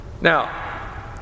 Now